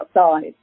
outside